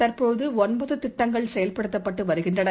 தற்போதுஒன்பதுதிட்டங்கள் செயல்படுத்தப்பட்டுவருகின்றன